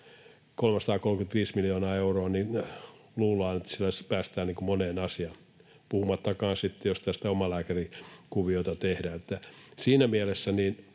335 miljoonalla eurolla päästään moneen asiaan, puhumattakaan sitten siitä, jos tätä omalääkärikuviota tehdään. Siinä mielessä